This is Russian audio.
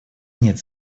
нет